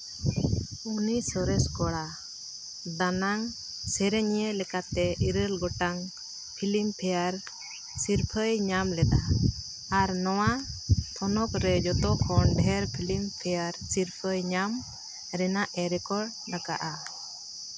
ᱩᱱᱤ ᱥᱚᱨᱮᱥ ᱠᱚᱲᱟ ᱫᱟᱱᱟᱝ ᱥᱮᱨᱮᱧᱤᱭᱟᱹ ᱞᱮᱠᱟᱛᱮ ᱤᱨᱟᱹᱞ ᱜᱚᱴᱟᱝ ᱯᱷᱤᱞᱤᱢᱯᱷᱮᱭᱟᱨ ᱥᱤᱨᱯᱟᱹᱭ ᱧᱟᱢ ᱞᱮᱫᱟ ᱟᱨ ᱱᱚᱣᱟ ᱛᱷᱚᱱᱚᱛ ᱨᱮ ᱡᱚᱛᱚ ᱠᱷᱚᱱ ᱰᱷᱮᱨ ᱯᱷᱤᱞᱤᱢᱯᱷᱮᱭᱟᱨ ᱥᱤᱨᱯᱟᱹᱭ ᱧᱟᱢ ᱨᱮᱱᱟᱜ ᱮ ᱨᱮᱠᱚᱨᱰ ᱟᱠᱟᱫᱼᱟ